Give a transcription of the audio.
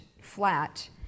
flat